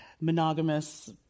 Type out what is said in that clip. monogamous